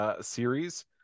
series